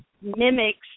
mimics